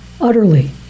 utterly